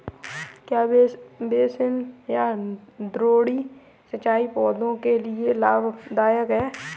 क्या बेसिन या द्रोणी सिंचाई पौधों के लिए लाभदायक है?